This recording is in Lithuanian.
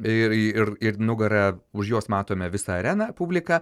ir ir ir nugara už jos matome visą areną publika